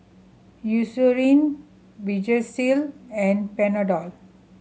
Eucerin Vagisil and Panadol